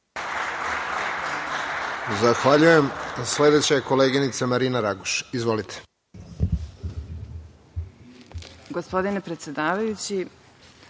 Zahvaljujem. Sledeća je koleginica Marini Raguš. Izvolite.